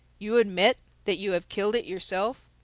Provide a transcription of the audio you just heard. you admit that you have killed it yourself.